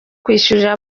kwishyurira